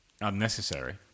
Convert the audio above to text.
unnecessary